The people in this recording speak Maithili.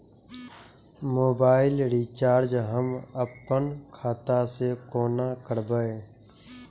मोबाइल रिचार्ज हम आपन खाता से कोना करबै?